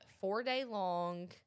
four-day-long